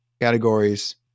categories